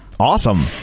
Awesome